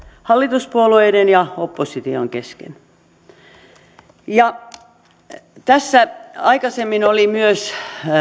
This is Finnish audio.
hallituspuolueiden ja opposition kesken tässä aikaisemmin oli myös